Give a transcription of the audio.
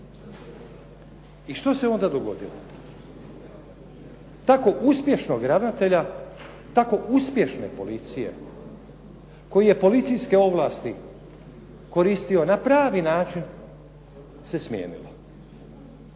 I što se onda dogodilo? Tako uspješnog ravnatelja, tako uspješne policije koji je policijske ovlasti koristio na pravi način se smijenilo.